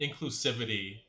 inclusivity